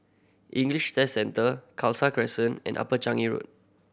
English Test Centre Khalsa Crescent and Upper Changi Road